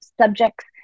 subjects